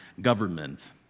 government